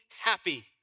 happy